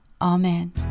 Amen